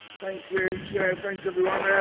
thank you, chair.